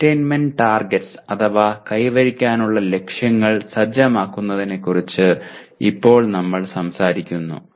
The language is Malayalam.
അറ്റയ്ന്മെന്റ് ടാർഗെറ്റ്സ് അഥവാ കൈവരിക്കാനുള്ള ലക്ഷ്യങ്ങൾ സജ്ജമാക്കുന്നതിനെക്കുറിച്ച് ഇപ്പോൾ നമ്മൾ സംസാരിക്കുന്നു